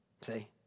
See